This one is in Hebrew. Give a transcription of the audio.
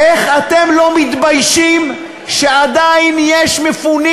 איך אתם לא מתביישים שעדיין יש מפונים